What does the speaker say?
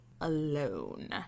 alone